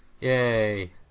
Yay